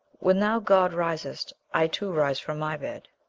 when thou, god, risest, i too rise from my bed.